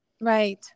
Right